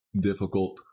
Difficult